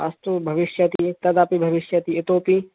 अस्तु भविष्यति तद् अपि भविष्यति इतोऽपि